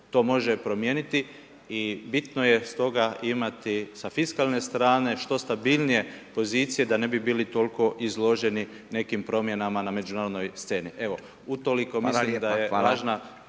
to može promijeniti i bitno je stoga imati s fiskalne strane što stabilnije pozicije da ne bi bili toliko izloženi nekim promjenama na međunarodnoj sceni. Evo, utoliko mislim da je važna